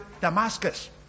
Damascus